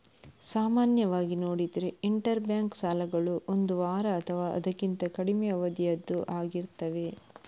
ಸಾಮಾನ್ಯವಾಗಿ ನೋಡಿದ್ರೆ interbank ಸಾಲಗಳು ಒಂದು ವಾರ ಅಥವಾ ಅದಕ್ಕಿಂತ ಕಡಿಮೆ ಅವಧಿಯದ್ದು ಆಗಿರ್ತವೆ